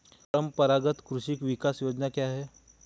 परंपरागत कृषि विकास योजना क्या है?